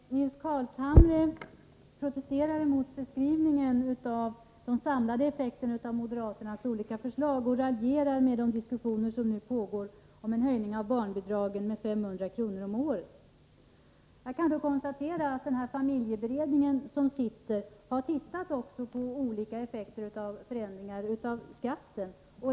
Herr talman! Nils Carlshamre protesterar mot beskrivningen av de samlade effekterna av moderaternas olika förslag och raljerar med de diskussioner som nu pågår om en höjning av barnbidragen med 500 kr. om året. Jag kan då konstatera att den familjeberedning som nu arbetar har tittat också på olika effekter av förändringar av skatten.